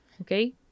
okay